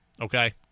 Okay